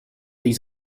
these